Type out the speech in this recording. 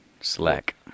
Slack